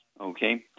Okay